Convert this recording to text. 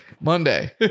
Monday